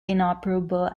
inoperable